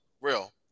real